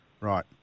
Right